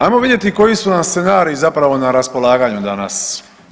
Ajmo vidjeti koji su nam scenariji zapravo na raspolaganju danas.